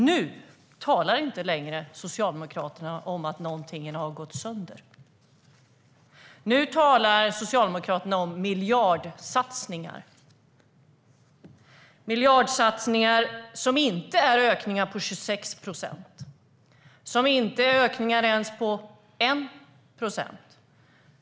Nu talar inte längre Socialdemokraterna om att något har gått sönder. Nu talar Socialdemokraterna om miljardsatsningar. Det är miljardsatsningar som inte är ökningar på 26 procent och som inte ens är ökningar på 1 procent.